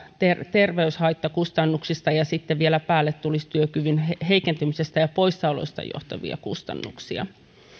terveyshaittakustannuksista ja sitten vielä päälle tulisi työkyvyn heikentymisestä ja poissaoloista johtuvia kustannuksia